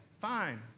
fine